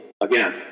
Again